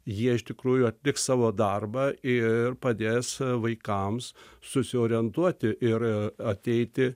jie iš tikrųjų atliks savo darbą ir padės vaikams susiorientuoti ir ateiti